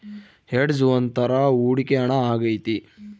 hedge ಒಂದ್ ತರ ಹೂಡಿಕೆ ಹಣ ಆಗೈತಿ